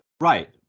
Right